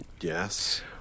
Yes